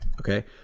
Okay